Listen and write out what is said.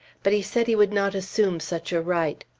but he said he would not assume such a right.